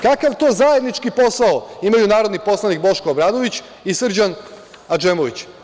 Kakav to zajednički posao imaju narodni poslanik Boško Obradović i Srđan Adžemović?